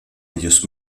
ellos